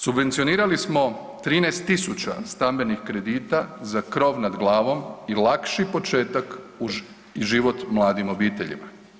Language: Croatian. Subvencionirali smo 13.000 stambenih kredita za krov nad glavom i lakši početak i život mladim obiteljima.